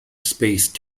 space